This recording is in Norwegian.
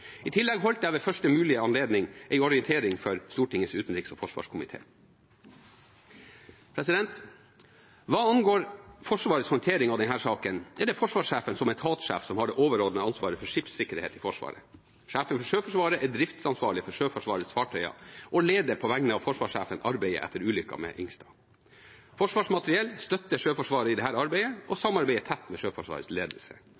I tillegg holdt jeg ved første mulige anledning en orientering for Stortingets utenriks- og forsvarskomité. Hva angår Forsvarets håndtering av denne saken, er det forsvarssjefen som etatssjef som har det overordnede ansvaret for skipssikkerhet i Forsvaret. Sjefen for Sjøforsvaret er driftsansvarlig for Sjøforsvarets fartøyer og leder på vegne av forsvarssjefen arbeidet etter ulykken med «Helge Ingstad». Forsvarsmateriell støtter Sjøforsvaret i dette arbeidet og samarbeider tett med Sjøforsvarets ledelse.